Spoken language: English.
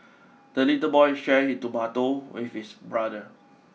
the little boy shared his tomato with his brother